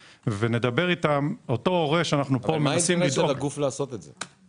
איתם --- מה האינטרס של הגוף לעשות את זה?